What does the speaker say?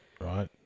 right